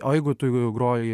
o jeigu tu jau groji